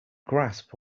grasp